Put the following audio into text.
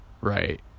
right